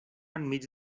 enmig